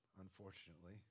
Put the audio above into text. Unfortunately